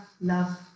love